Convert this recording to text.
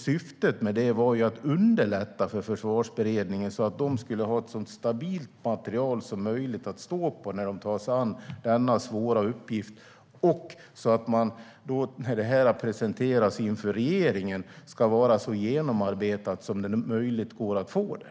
Syftet var att underlätta för Försvarsberedningen så att de skulle ha ett så stabilt material som möjligt att stå på när de tar sig an denna svåra uppgift. När detta presenteras inför regeringen ska det vara så genomarbetat som det är möjligt att få det.